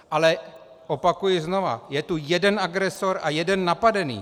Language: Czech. Ale opakuji znovu, je tu jeden agresor a jeden napadený.